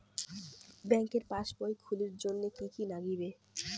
ব্যাঙ্কের পাসবই খুলির জন্যে কি কি নাগিবে?